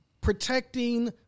protecting